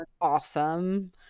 awesome